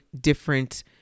different